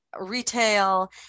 retail